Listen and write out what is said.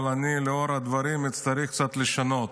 אבל לאור הדברים אני אצטרך קצת לשנות.